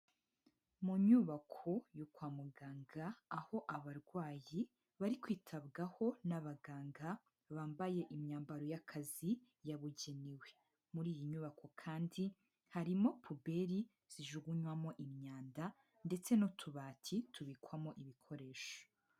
Mu nyubako yo kwa muganga, aho abarwayi bari kwitabwaho n'abaganga bambaye imyambaro y'akazi yabugenewe. Muri iyi nyubako kandi, harimo puberi zijugunywamo imyanda ndetse n'utubati tubikwamo ibikoresho.